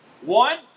One